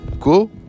cool